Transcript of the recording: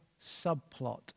subplot